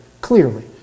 Clearly